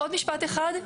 עוד משפט אחד.